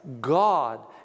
God